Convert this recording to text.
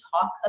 talk